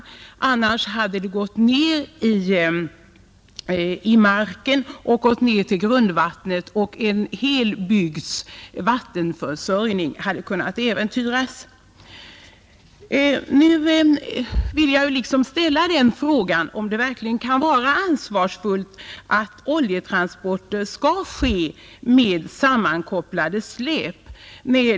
I annat fall hade oljan kunnat ta sig ned i grundvattnet, varvid en hel bygds vattenförsörjning hade kunnat äventyras. Jag vill nu ställa frågan om oljetransporter skall få ske med hjälp av sammankopplade släp.